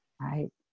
right